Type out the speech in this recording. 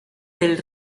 del